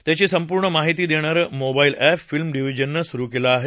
त्याची संपूर्ण माहिती देणारं मोबाईल अप्ट फिल्म्स डिव्हीजननं सुरु केलं आहे